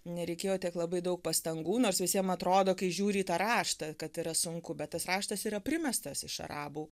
nereikėjo tiek labai daug pastangų nors visiem atrodo kai žiūri į tą raštą kad yra sunku bet tas raštas yra primestas iš arabų